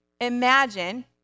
Imagine